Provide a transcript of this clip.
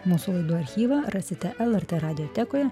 mūsų laidų archyvą rasite lrt radiotekoje